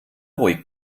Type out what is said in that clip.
ruhig